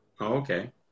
okay